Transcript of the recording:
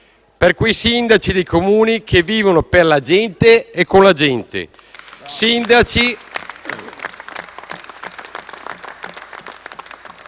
per quei sindaci dei Comuni che vivono per la gente e con la gente.